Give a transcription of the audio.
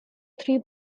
three